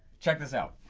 check this out.